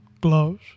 gloves